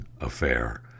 affair